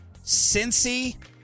Cincy